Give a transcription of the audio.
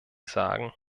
sagen